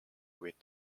with